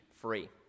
free